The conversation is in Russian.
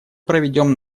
проведем